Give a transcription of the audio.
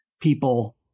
people